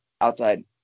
outside